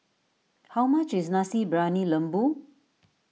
how much is Nasi Briyani Lembu